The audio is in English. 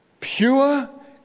pure